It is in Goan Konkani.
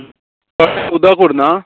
तळ्यात उदक उरना